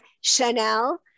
Chanel